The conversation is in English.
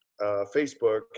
Facebook